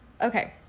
Okay